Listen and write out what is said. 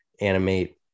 animate